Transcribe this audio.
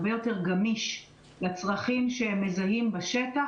הרבה יותר גמיש לצרכים שהם מזהים בשטח.